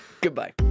Goodbye